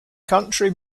country